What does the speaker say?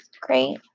great